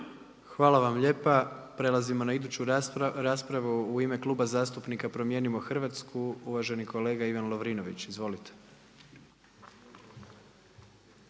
Hvala vam lijepa. Prelazimo na iduću raspravu. U ime Kluba zastupnika Promijenimo Hrvatsku uvaženi kolega Ivan Lovrinović. Izvolite.